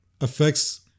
affects